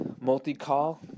multi-call